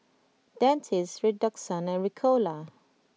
Dentiste Redoxon and Ricola